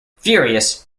furious